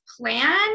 plan